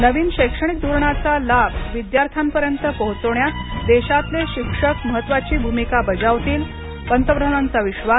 नवीन शैक्षणिक धोरणाचा लाभ विद्यार्थ्यांपर्यंत पोचवण्यात देशातले शिक्षक महत्त्वाची भूमिका बजावतील पंतप्रधानांचा विश्वास